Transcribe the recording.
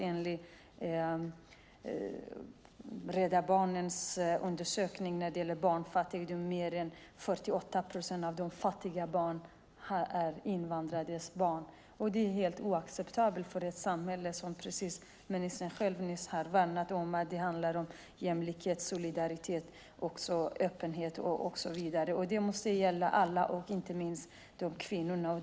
Enligt Rädda Barnens undersökning är mer än 48 procent av de fattiga barnen invandrades barn. Det är helt oacceptabelt i ett samhälle som, precis som ministern säger, värnar om jämlikhet, solidaritet, öppenhet och så vidare. Det måste gälla alla, inte minst kvinnorna.